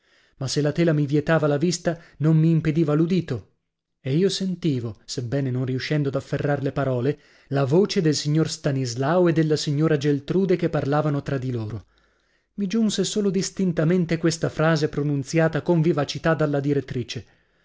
ma se la tela mi vietava la vista non mi impediva ludito e io sentivo sebbene non riuscendo ad afferrar le parole la voce del signor stanislao e della signora geltrude che parlavano tra di loro i giunse solo distintamente questa frase pronunziata con vivacità dalla direttrice